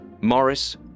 Morris